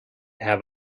have